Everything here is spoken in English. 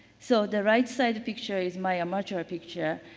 so, the right side the picture is my amateur picture.